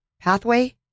pathway